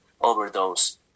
overdose